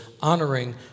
honoring